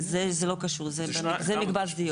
זה לא קשור, זה מקבץ דיור.